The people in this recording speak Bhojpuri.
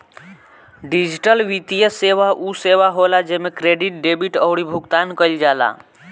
डिजिटल वित्तीय सेवा उ सेवा होला जेमे क्रेडिट, डेबिट अउरी भुगतान कईल जाला